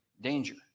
danger